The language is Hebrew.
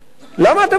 למה אתם התנגדתם?